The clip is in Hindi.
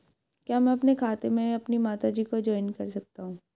क्या मैं अपने खाते में अपनी माता जी को जॉइंट कर सकता हूँ?